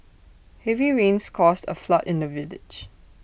heavy rains caused A flood in the village